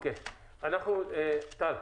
טל,